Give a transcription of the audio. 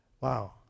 Wow